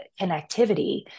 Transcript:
connectivity